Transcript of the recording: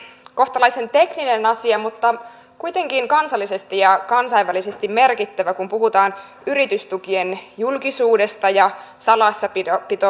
kysymyksessä on kohtalaisen tekninen asia mutta kuitenkin kansallisesti ja kansainvälisesti merkittävä kun puhutaan yritystukien julkisuudesta ja salassapitovelvollisuudesta